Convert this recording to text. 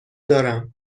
دارم